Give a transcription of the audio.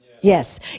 Yes